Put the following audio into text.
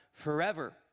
forever